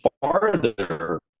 farther